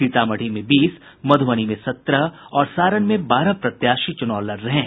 सीतामढ़ी में बीस मधूबनी में सत्रह और सारण में बारह प्रत्याशी चुनाव लड़ रहे हैं